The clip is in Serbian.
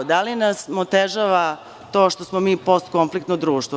Da li nam otežava to što smo mi postkonfliktno društvo?